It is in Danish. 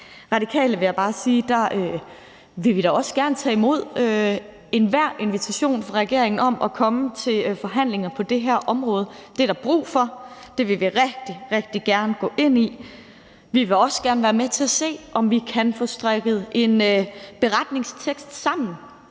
Radikale, vil jeg bare sige, vil vi da også gerne tage imod enhver invitation fra regeringen til at komme til forhandlinger på det her område. Det er der brug for. Det vil vi rigtig, rigtig gerne gå ind i. Vi vil også gerne være med til at se, om vi kan få strikket en beretningstekst sammen